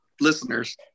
listeners